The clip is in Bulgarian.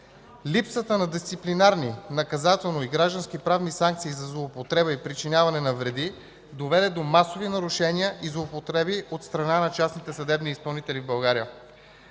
Липсата на дисциплинарни, наказателни граждански правни санкции за злоупотреба и причиняване на вреди доведе до масови нарушения и злоупотреби от страна на частните съдебни изпълнители в България.